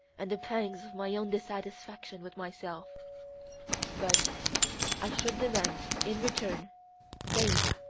and the pangs of my own dissatisfaction with myself but i should demand in return fame,